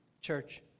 church